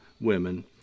women